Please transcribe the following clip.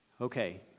Okay